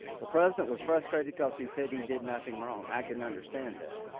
the president was frustrated because he said he did nothing wrong. i can understand that.